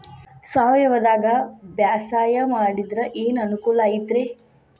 ಸಾವಯವದಾಗಾ ಬ್ಯಾಸಾಯಾ ಮಾಡಿದ್ರ ಏನ್ ಅನುಕೂಲ ಐತ್ರೇ?